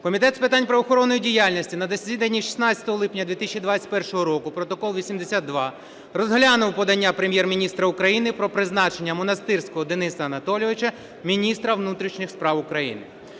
Комітет з питань правоохоронної діяльності на засіданні 16 липня 2021 року (протокол 82) розглянув подання Прем'єр-міністра України про призначення Монастирського Дениса Анатолійовича міністром внутрішніх справ України.